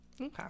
Okay